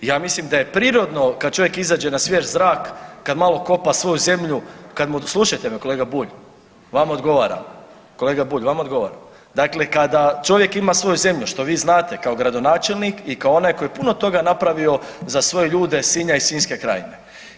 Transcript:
Ja mislim da je prirodno kad čovjek izađe na svjež zrak, kad malo kopa svoju zemlju, slušajte me kolega Bulj, vama odgovaram, kolega Bulj, vama odgovaram, dakle kada čovjek ima svoju zemlju što vi znate kao gradonačelnik i kao onaj koji je puno toga napravio za svoje ljude Sinja i Sinjske krajine.